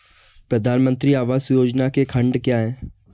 प्रधानमंत्री आवास योजना के खंड क्या हैं?